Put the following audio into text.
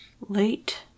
Late